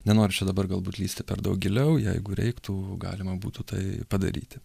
nenoriu čia dabar galbūt lįsti per daug giliau jeigu reiktų galima būtų tai padaryti